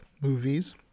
movies